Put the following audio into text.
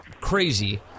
crazy